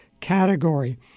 category